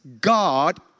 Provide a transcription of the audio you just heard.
God